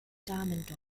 damendoppel